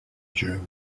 during